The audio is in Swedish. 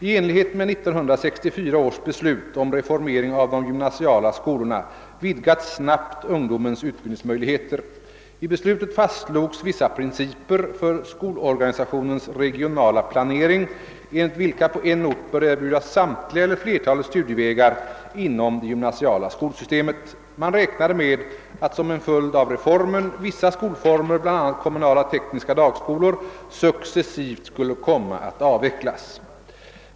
I enlighet med 1964 års beslut om reformering av de gymnasiala skolorna vidgas snabbt ungdomens utbildningsmöjligheter. I beslutet fastslogs vissa principer för skolorganisationens regionala planering, enligt vilka på en ort bör erbjudas samtliga eller flertalet studievägar inom det gymnasiala skolsystemet. Man räknade med att som en följd av reformen vissa skolformer, bl.a. kommunala tekniska dagskolor, successivt skulle komma att avvecklas.